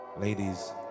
ladies